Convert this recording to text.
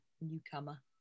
newcomer